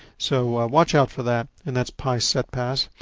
so, watch out for that, and that's pisetpass.